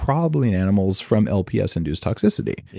probably in animals from lps induced toxicity.